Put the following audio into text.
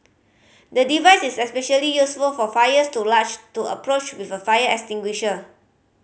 the device is especially useful for fires too large to approach with a fire extinguisher